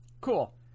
Cool